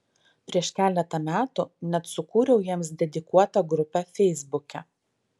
prieš keletą metų net sukūriau jiems dedikuotą grupę feisbuke